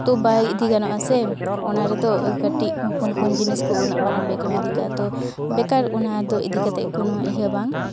ᱛᱚ ᱵᱟᱭ ᱤᱫᱤ ᱜᱟᱱᱚᱜᱼᱟᱥᱮ ᱚᱱᱟ ᱨᱮᱫᱚ ᱠᱟᱹᱴᱤᱡ ᱦᱚᱯᱚᱱ ᱦᱚᱯᱚᱱ ᱡᱤᱱᱤᱥ ᱠᱚ ᱩᱱᱟᱹᱜ ᱢᱟᱨᱟᱝ ᱵᱮᱜᱽ ᱮᱢ ᱤᱫᱤ ᱠᱟᱜᱼᱟ ᱛᱚ ᱵᱮᱠᱟᱨ ᱚᱱᱟᱫᱚ ᱤᱫᱤ ᱠᱟᱛᱮᱜ ᱠᱳᱱᱚ ᱤᱭᱟᱹ ᱵᱟᱝ